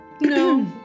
No